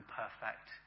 perfect